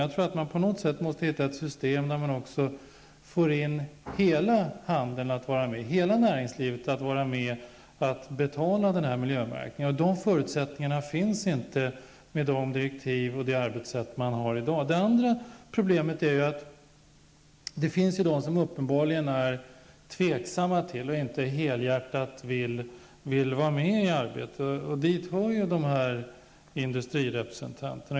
Man måste på något sätt hitta ett system där man får hela handeln och hela näringslivet att vara med om att betala miljömärkningen. De förutsättningarna finns inte med dagens direktiv och arbetssätt. Det andra bekymret är att några uppenbarligen är tveksamma och inte helhjärtat vill vara med i detta arbete. Dit hör industrirepresentanterna.